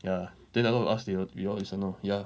ya then a lot of us they we all listen lor ya